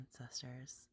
ancestors